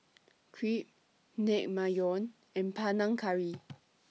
Crepe Naengmyeon and Panang Curry